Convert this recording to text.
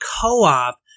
co-op